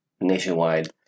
nationwide